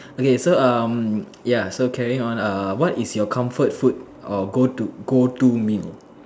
okay so um ya so carrying on what is your comfort food or go to go to meal